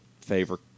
favor